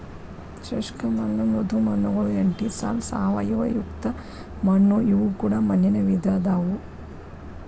ಶುಷ್ಕ ಮಣ್ಣು ಮೃದು ಮಣ್ಣುಗಳು ಎಂಟಿಸಾಲ್ ಸಾವಯವಯುಕ್ತ ಮಣ್ಣು ಇವು ಕೂಡ ಮಣ್ಣಿನ ವಿಧ ಅದಾವು